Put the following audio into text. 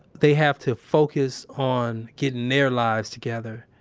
they have to focus on getting their lives together,